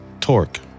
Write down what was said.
torque